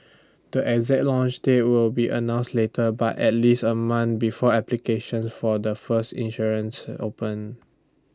the exact launch date will be announce later by at least A month before applications for the first issuance open